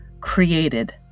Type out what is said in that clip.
created